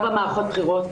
ארבע מערכות בחירות,